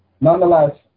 Nonetheless